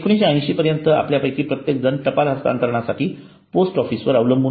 1980 पर्यंत आपल्यापैकी प्रत्येकजण टपाल हस्तांतरणासाठी पोस्ट ऑफिस वर अवलंबून होतो